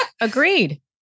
Agreed